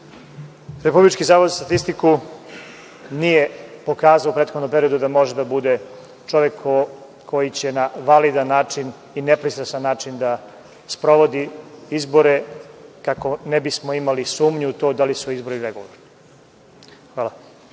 Republički zavod za statistiku, nije pokazao u prethodnom periodu da može da bude čovek koji će na validan i nepristrasan način da sprovodi izbore, kako ne bismo imali sumnju u to da li su izbori regularni. Hvala.